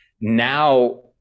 Now